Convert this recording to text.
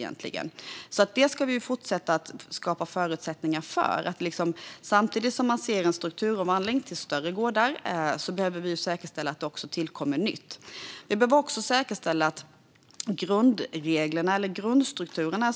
Detta ska vi fortsätta att skapa förutsättningar för. Samtidigt som man kan se en strukturomvandling till större gårdar behöver vi säkerställa att det också tillkommer något nytt. Vi behöver också säkerställa grundreglerna eller grundstrukturerna.